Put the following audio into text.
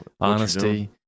honesty